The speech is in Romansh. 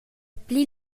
pli